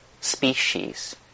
species